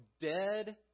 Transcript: dead